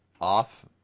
off